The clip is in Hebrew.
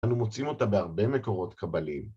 ‫אנחנו מוצאים אותה ‫בהרבה מקורות קבליים.